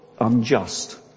unjust